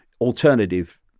alternative